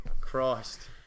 Christ